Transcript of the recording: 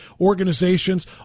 organizations